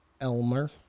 Elmer